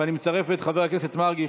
ואני מצרף את חבר הכנסת מרגי,